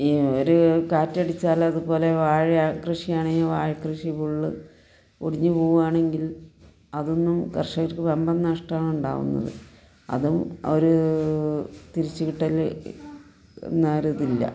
ഈ ഒരു കാറ്റടിച്ചാൽ അതുപോലെ വാഴ കൃഷിയാണെങ്കിൽ വാഴകൃഷി ഫുള്ള് ഒടിഞ്ഞു പോവുകയാ ണെങ്കിൽ അതൊന്നും കർഷകർക്ക് വമ്പൻ നഷ്ടമാണ് ഉണ്ടാാവുന്നത് അതും അവർ തിരിച്ചു കിട്ടൽ നേരം അതില്ല